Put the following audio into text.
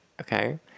okay